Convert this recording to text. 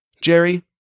Jerry